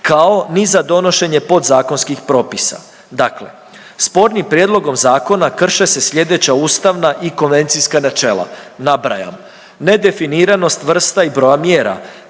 kao ni za donošenje podzakonskih propisa. Dakle, spornim prijedlogom zakona krše se sljedeća ustavna i konvencijska načela, nabrajam, ne definiranost vrsta i broja mjera